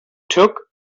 took